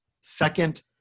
second